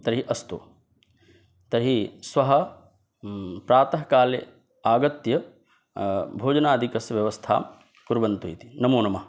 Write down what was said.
तर्हि अस्तु तर्हि श्वः प्रातःकाले आगत्य भोजनादिकस्य व्यवस्थां कुर्वन्तु इति नमो नमः